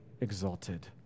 exalted